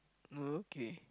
oh okay